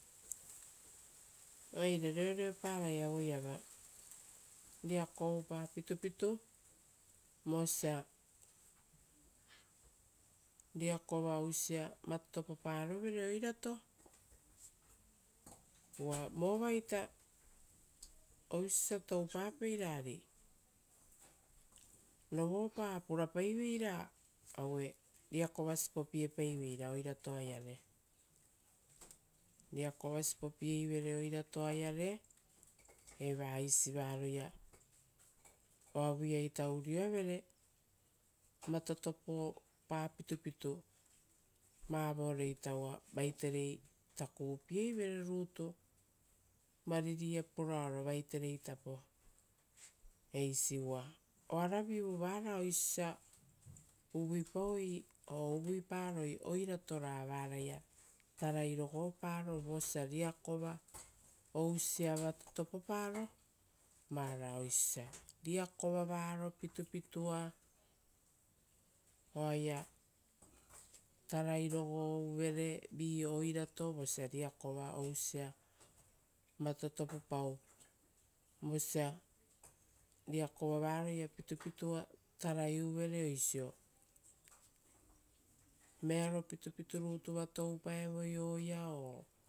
Oire reopara aueiava riako oupa pitupitu, vosia riakova ousia vatotopoparovera oirato, uva vovaita oisio osia toupapeira. Rovopa oa purapaiveira ari riakova sipopiepaiveira oiratoaiare, riakova sipopieivere oratoaiare eva isivaroia oavuita urioavere vatotopopa pitupitu vavoreita uva vaiterei takuvupieivere rutu variria puraoro vaiteretapo eisi. Uva oaravivu vara oisio osia uvuipa or uvuiparoi oirato ra varaia tarai rogoparo oirato vosia riakova ousia vatotopoparo, varao oisio osia riakova varo pitupitua oaia tarai rogouvere vi oirato vosia riakova ousia vatotopau. Vosia riakova varoia pitupitua taraiuvere oisio vearo pitupitu rutuva toupaevoi oia o